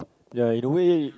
ya in a way